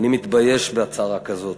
אני מתבייש בהצהרה כזאת.